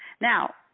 Now